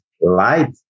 light